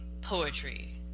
poetry